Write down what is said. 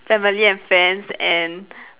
family and friends and